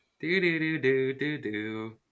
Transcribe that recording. Do-do-do-do-do-do